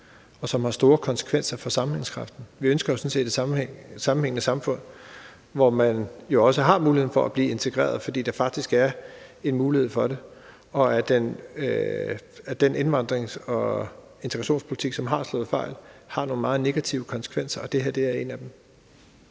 og som har store konsekvenser for sammenhængskraften. Vi ønsker sådan set et sammenhængende samfund, hvor man jo også har muligheden for at blive integreret, fordi der faktisk er en mulighed for det. Den indvandrings- og integrationspolitik, som har slået fejl, har nogle meget negative konsekvenser, og det her er en af dem.